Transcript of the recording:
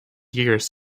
years